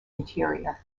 interior